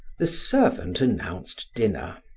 the servant announced dinner,